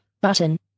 Button